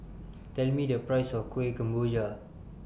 Tell Me The Price of Kuih Kemboja